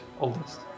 Oldest